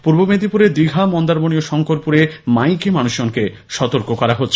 পূর্ব মেদিনীপুরের দীঘা মন্দারমনি ও শঙ্করপুরে মাইকে মানুষজনকে সতর্ক করা হচ্ছে